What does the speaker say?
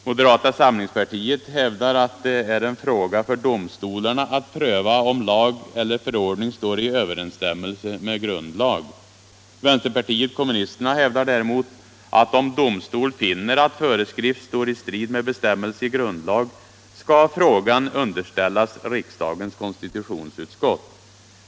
Moderata samlingspartiet hävdar att det är en fråga för domstolarna att pröva om lag eller förordning står i överensstämmelse med grundlag. Vänsterpartiet kommunisterna hävdar däremot, att om domstol finner att föreskrift står i strid med bestämmelse i grundlag skall frågan underställas riksdagens konstitutionsutskott.